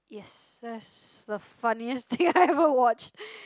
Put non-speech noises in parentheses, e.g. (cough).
yes that's the funniest thing (laughs) I ever watched